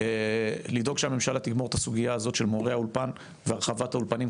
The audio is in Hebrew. לדאוג שהממשלה תגמור את הסוגיה הזאת של מורי האולפן והרחבת האולפנים,